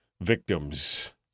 victims